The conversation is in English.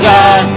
God